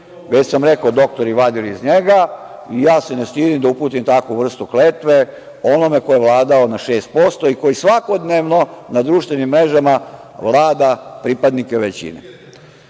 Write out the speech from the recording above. već sam rekao da su doktori vadili iz njega i ja se ne stidim da uputim takvu vrstu kletve onome ko je vladao na 6% i koji svakodnevno na društvenim mrežama vlada pripadnike većine. Dakle,